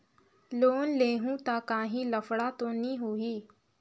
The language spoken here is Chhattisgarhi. लोन लेहूं ता काहीं लफड़ा तो नी होहि?